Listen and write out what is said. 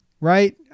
right